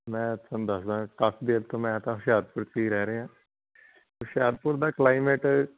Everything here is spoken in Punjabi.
ਮੈਂ ਤੁਹਾਨੂੰ ਦੱਸਦਾਂ ਕਾਫ਼ੀ ਦੇਰ ਤੋਂ ਮੈਂ ਤਾਂ ਹੁਸ਼ਿਆਰਪੁਰ 'ਚ ਹੀ ਰਹਿ ਰਿਹਾ ਹੁਸ਼ਿਆਰਪੁਰ ਦਾ ਕਲਾਈਮੇਟ